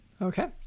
Okay